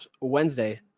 wednesday